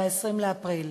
ב-20 באפריל,